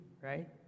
right